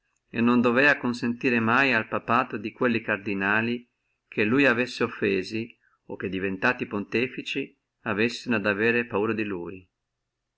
e non doveva mai consentire al papato di quelli cardinali che lui avessi offesi o che diventati papi avessino ad avere paura di lui